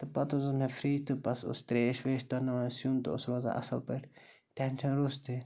تہٕ پَتہٕ حظ اوٚن مےٚ فرٛج تہٕ بَس اوس ترٛیش ویش تٕرناوان سیُن تہٕ اوس روزان اَصٕل پٲٹھۍ ٹٮ۪نشَن روٚستُے